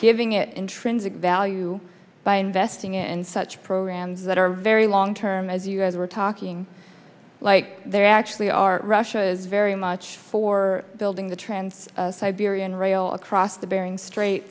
giving it intrinsic value by investing in such programs that are very long term as you guys were talking like there actually are russia is very much for building the trans siberian rail across the bering strai